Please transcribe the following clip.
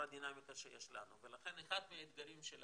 הדינמיקה שיש לנו ולכן אחד מהאתגרים שלנו,